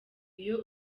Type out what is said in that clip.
iyo